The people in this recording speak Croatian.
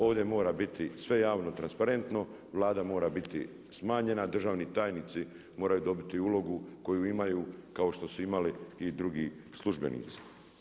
Ovdje mora biti sve javno, transparentno, Vlada mora biti smanjena, državni tajnici moraju dobiti ulogu koju imaju kao što su imali i drugi službenici.